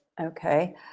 Okay